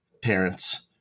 parents